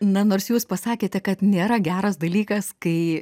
na nors jūs pasakėte kad nėra geras dalykas kai